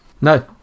no